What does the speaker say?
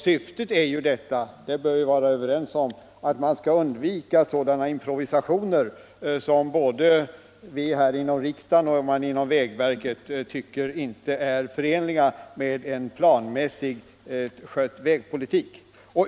Syftet är — och det bör vi vara överens om =— att man skall undvika sådana improvisationer som man både här i riksdagen och inom vägverket tycker är oförenliga med en planmässigt skött vägpolitik.